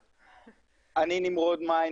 אני נמרוד מאי.